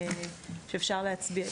שאפשר להצביע.